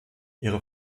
ihre